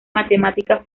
matemática